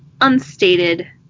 unstated